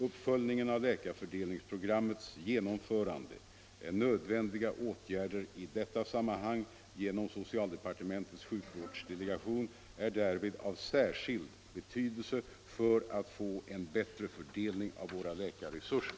Uppföljningen av läkarfördelningsprogrammets genomförande och nödvändiga åtgärder i detta sammanhang genom socialdepartementets sjukvårdsdelegation är därvid av särskild betydelse för att få en bättre fördelning av våra läkarresurser.